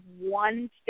one